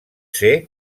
ser